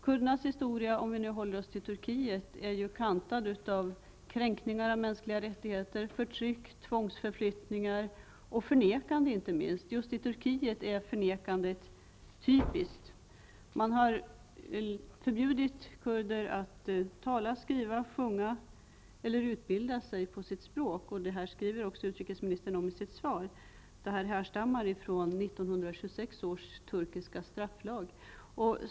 Kurdernas histora, om vi nu håller oss till Turkiet, är ju kantad av kränkningar av mänskliga rättigheter, förtryck, tvångsförflyttningar och inte minst förnekanden. Just i Turkiet är förnekandet någonting typiskt. Man har förbjudit kurder att tala, skriva, sjunga och utbilda sig på sitt språk. Utrikesministern skriver också om detta i sitt svar. Det hela härstammar från 1926 års turkiska strafflag.